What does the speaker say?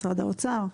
משרד האוצר,